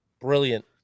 Brilliant